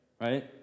right